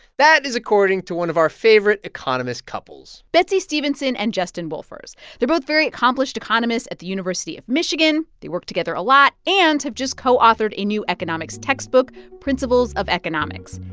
that is according to one of our favorite economist couples betsey stevenson and justin wolfers they're both very accomplished economists at the university of michigan. they work together a lot and have just co-authored a new economics textbook, principles of economics.